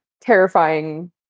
terrifying